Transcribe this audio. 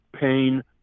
pain